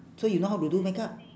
so you know how to do makeup